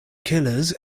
killers